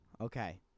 Okay